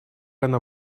она